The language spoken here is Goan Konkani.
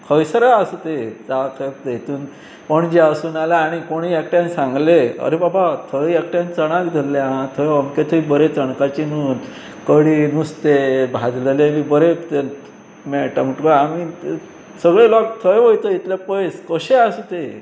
खंयसरूय आसूं तें जावं तें हातून पणजे आसूं नाजाल्यार आनी कोणूय एकट्यान सांगलें अरे बाबा थंय एकट्यान चणाक धरलें आं थंय अमके थंय बरें चणकाची न्हू कडी नुस्तें भाजलेलें बी बरें ते मेळटा म्हणटकूत आमी सगळे लोक थंय वयतय इतलें पयस कशेंय आसूं ते